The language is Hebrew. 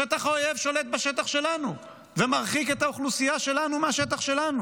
שטח האויב שולט בשטח שלנו ומרחיק את האוכלוסייה שלנו מהשטח שלנו.